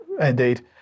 Indeed